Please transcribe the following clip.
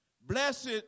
Blessed